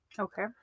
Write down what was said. Okay